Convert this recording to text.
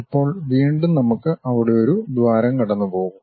ഇപ്പോൾ വീണ്ടും നമുക്ക് അവിടെ ഒരു ദ്വാരം കടന്നുപോകും